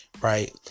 right